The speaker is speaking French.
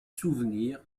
souvenirs